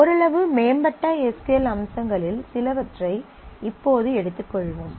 ஓரளவு மேம்பட்ட S Q L அம்சங்களில் சிலவற்றை இப்பொழுது எடுத்துக்கொள்வோம்